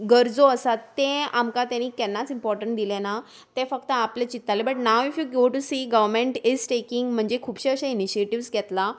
गरजो आसात तें आमकां तांणी केन्नाच इंपोर्टंट दिलें ना तें फक्त आपलें चिंत्तालें बट नांव if you go to see government is taking म्हणजे खुबशे अशे इनिशिएटिव्ज घेतला